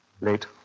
Late